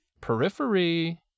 Periphery